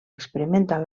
experimentar